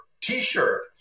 t-shirt